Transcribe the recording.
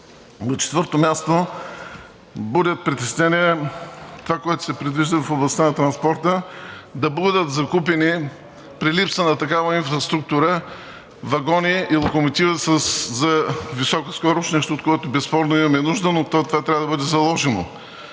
На четвърто място, буди притеснение това, което се предвижда в областта на транспорта – да бъдат закупени при липса на такава инфраструктура вагони и локомотиви за висока скорост – нещо, от което безспорно имаме нужда, но това трябва да бъде заложено.